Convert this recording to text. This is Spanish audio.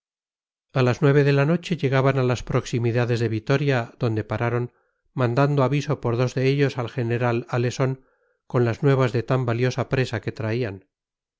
a las nueve de la noche llegaban a las proximidades de vitoria donde pararon mandando aviso por dos de ellos al general aleson con las nuevas de la valiosa presa que traían